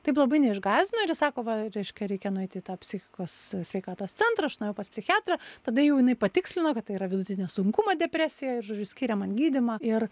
taip labai neišgąsdino ir jis sako va reiškia reikia nueiti į psichikos sveikatos centrą aš nuėjau pas psichiatrą tada jau jinai patikslino kad tai yra vidutinio sunkumo depresija ir žodžiu skyrė man gydymą ir